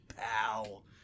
pal